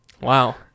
Wow